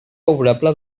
favorable